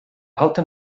alten